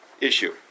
issue